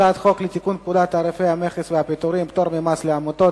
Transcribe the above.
לתיקון פקודת תעריף המכס והפטורים (פטור ממס לעמותה),